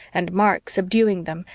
and mark subduing them,